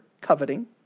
coveting